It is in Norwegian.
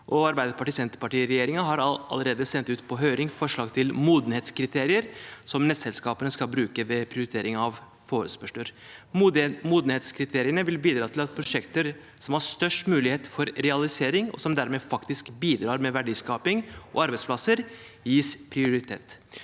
Arbeiderparti–Senterparti-regjeringen har allerede sendt ut på høring forslag til modenhetskriterier som nettselskapene skal bruke ved prioritering av forespørsler. Modenhetskriteriene vil bidra til at prosjekter som har størst mulighet for realisering, og som dermed faktisk bidrar til verdiskaping og arbeidsplasser, gis prioritet.